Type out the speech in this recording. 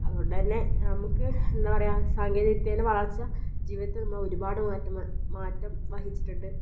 അതുകൊണ്ടുതന്നെ നമുക്ക് എന്താ പറയുക സാങ്കേതിയ വിദ്യയിലെ വളർച്ച ജീവിതത്തിൽ നമ്മൾ ഒരുപാട് മാറ്റം മാറ്റം വഹിച്ചിട്ടുണ്ട്